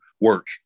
Work